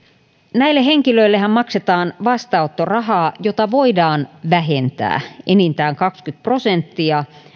näille henkilöillehän maksetaan vastaanottorahaa jota voidaan vähentää enintään kaksikymmentä prosenttia